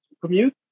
commute